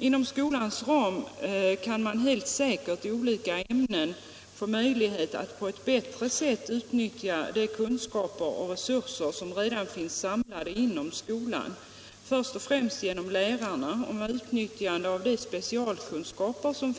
Inom skolans ram kan man helt säkert i olika ämnen få möjlighet att på ett bättre sätt utnyttja de kunskaper och resurser som redan finns samlade inom skolan, först och främst genom lärarna och med utnyttjande av de specialkunskaper som